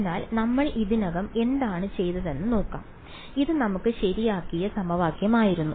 അതിനാൽ നമ്മൾ ഇതിനകം എന്താണ് ചെയ്തതെന്ന് നോക്കാം ഇത് നമുക്ക് ശരിയാക്കിയ സമവാക്യമായിരുന്നു